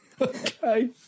Okay